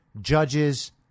judges